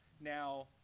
now